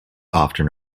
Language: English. often